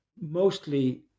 mostly